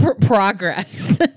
progress